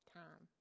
time